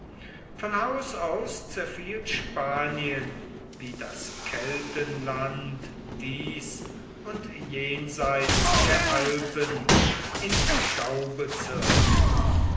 von haus aus zerfiel spanien wie das keltenland dies und jenseits der alpen in